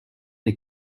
des